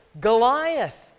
Goliath